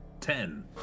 Ten